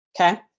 Okay